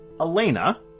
Elena